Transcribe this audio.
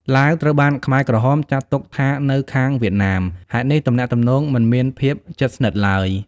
ឡាវត្រូវបានខ្មែរក្រហមចាត់ទុកថានៅខាងវៀតណាម ហេតុនេះទំនាក់ទំនងមិនមានភាពជិតស្និទ្ធឡើយ។